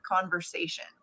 conversation